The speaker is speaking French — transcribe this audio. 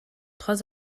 trois